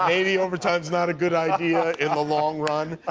maybe overtime's not a good idea in the long run?